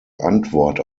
antwort